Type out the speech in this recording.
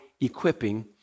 equipping